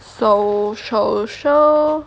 show show show